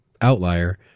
outlier